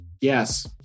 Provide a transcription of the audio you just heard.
yes